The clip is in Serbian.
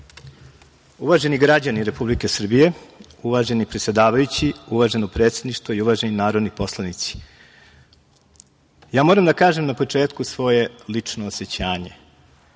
svima. Uvaženi građani Republike Srbije, uvaženi predsedavajući, uvaženo predsedništvo i uvaženi narodni poslanici, moram da kažem na početku svoje lično osećanje. Danas